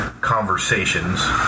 conversations